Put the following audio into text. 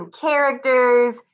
characters